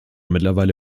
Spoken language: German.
mittlerweile